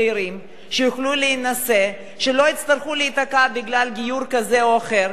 שלא יצטרכו להיתקע בגלל גיור כזה או אחר,